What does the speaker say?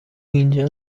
اینجا